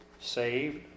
Saved